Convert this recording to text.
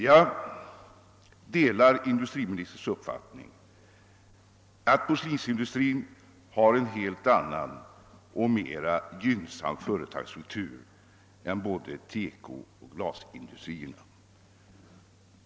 Jag delar industriministerns uppfattning att porslinsindustrin har en helt annan och mera gynnsam företagsstruktur än både TEKO och glasindustrierna har.